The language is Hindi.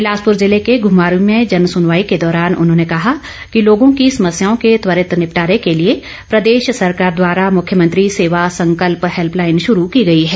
बिलासपुर जिले के घूमरवीं में जन सुनवाई के दौरान उन्होंने कहा कि लोगों की समस्याओं का त्वरित निपटारे के लिए प्रदेश सरकार द्वारा मुख्यमंत्री सेवा संकल्प हैल्पलाईन शुरू की गई है